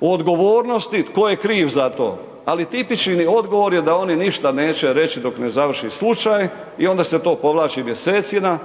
o odgovornosti tko je kriv za to ali tipični odgovor je da oni ništa neće reći dok ne završi slučaj i onda se to povlači mjesecima